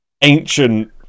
ancient